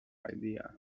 idea